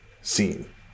scene